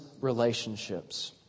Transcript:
relationships